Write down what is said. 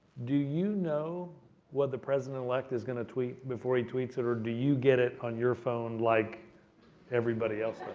do you know what the president-elect is going to tweet before he tweets it, or do you get it on your phone like everybody else